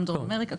גם דרום אמריקה,